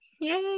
Yay